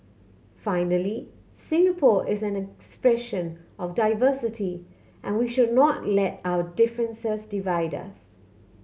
finally Singapore is an expression of diversity and we should not let our differences divide us